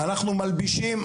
אנחנו מלבישים,